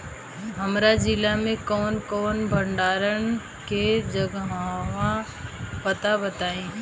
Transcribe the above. हमरा जिला मे कवन कवन भंडारन के जगहबा पता बताईं?